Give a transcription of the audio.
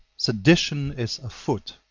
sedition is afoot.